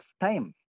time